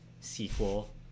sequel